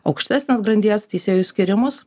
aukštesnės grandies teisėjus skyrimus